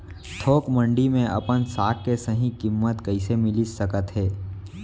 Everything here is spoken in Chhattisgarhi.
थोक मंडी में अपन साग के सही किम्मत कइसे मिलिस सकत हे?